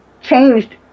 changed